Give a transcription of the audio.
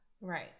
Right